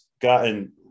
gotten